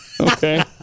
okay